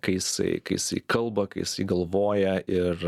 kai jisai kai jisai kalba kai jisai galvoja ir